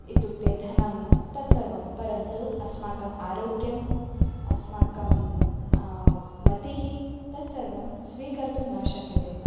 इत्युक्ते धनं तत्सर्वं परन्तु अस्माकम् आरोग्यम् अस्माकं मतिः तत्सर्वं स्वीकर्तुं न शक्यते